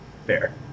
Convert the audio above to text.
Fair